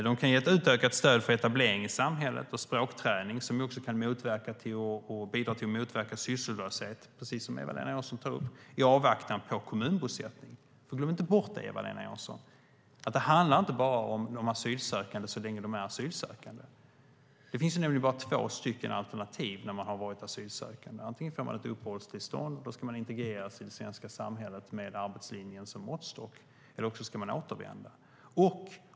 De kan ge ett utökat stöd för etablering i samhället och språkträning, som ju också kan bidra till att motverka sysslolöshet, precis som Eva-Lena Jansson tar upp, i avvaktan på kommunbosättning. Glöm inte bort, Eva-Lena Jansson, att det inte bara handlar om de asylsökande så länge de är asylsökande! Det finns nämligen bara två alternativ när man har varit asylsökande. Antingen får man ett uppehållstillstånd, och då ska man integreras i det svenska samhället med arbetslinjen som måttstock, eller också ska man återvända.